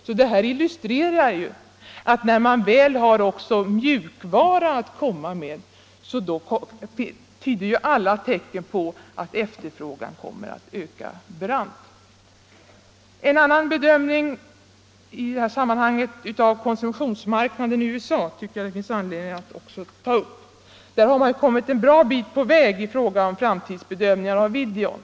Alla tecken tyder på att efterfrågan kommer att öka brant när man väl har också mjukvara att komma med. En bedömning av konsumtionsmarknadens utveckling i USA menar jag det finns anledning att också något beröra. Där har man kommit en bra bit på väg i fråga om framtidsbedömningar av videon.